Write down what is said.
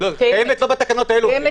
בתקנות האלה.